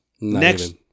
Next